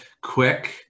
quick